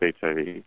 HIV